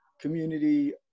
community